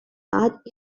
art